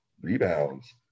rebounds